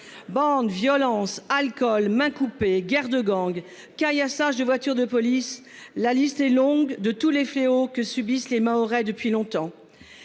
Bande violence alcool mains coupées, guerre de gangs caillassage des voitures de police, la liste est longue de tous les fléaux que subissent les Mahorais depuis longtemps.